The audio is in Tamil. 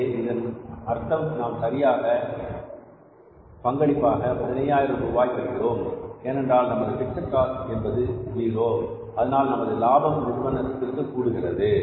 எனவே இதன் அர்த்தம் நாம் பங்களிப்பாக 15000 ரூபாய் பெறுகிறோம் ஏனென்றால் நமது பிக்ஸட் காஸ்ட் என்பது 0 அதனால் நமது லாபம் நிறுவனத்திற்கு கூடுகிறது